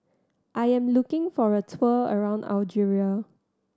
I am looking for a tour around Algeria